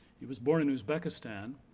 he was born in uzbekistan,